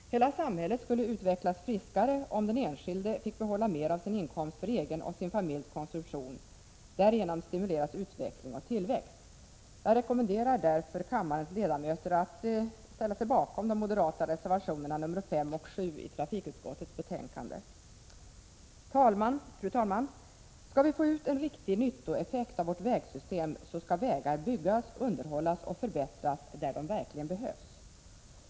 Hela samhället skulle utvecklas friskare, om den enskilde fick behålla mer av sin inkomst för egen och sin familjs konsumtion. Därigenom stimuleras utveckling och tillväxt. Fru talman! Skall vi få ut en riktig nyttoeffekt av vårt vägsystem så skall vägar byggas, underhållas och förbättras där de verkligen behövs.